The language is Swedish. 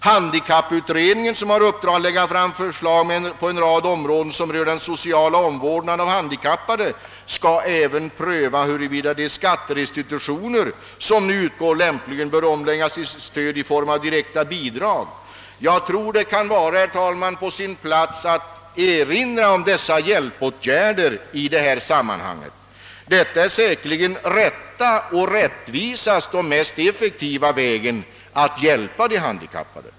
Handikapputredningen, som har i uppdrag att lägga fram förslag på en rad områden som berör sociala förmåner för handikappade, skall även pröva huruvida de skatterestitutioner som nu utgår lämpligen bör omläggas till stöd i form av direkta bidrag. Jag tror att det kan vara på sin plats att erinra om dessa hjälpåtgärder. De utgör säkerligen den riktigaste, rättvisaste och mest effektiva vägen att hjälpa de handikappade.